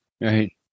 Right